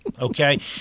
Okay